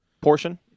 portion